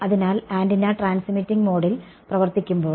അതിനാൽ antenna transmitting മോഡിൽ പ്രവർത്തിക്കുമ്പോൾ